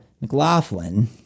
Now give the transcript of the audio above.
McLaughlin